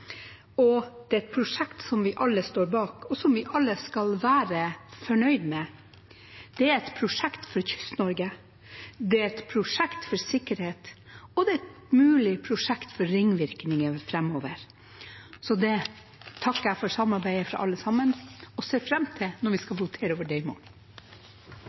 og det er et prosjekt som vi alle står bak, og som vi alle skal være fornøyd med. Det er et prosjekt for Kyst-Norge, det er et prosjekt for sikkerhet, og det er et mulig prosjekt for ringvirkninger framover. Jeg takker alle sammen for samarbeidet og ser fram til at vi skal votere over det i